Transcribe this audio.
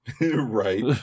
Right